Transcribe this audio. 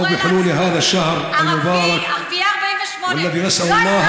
הלוואי שבעזרתו של האל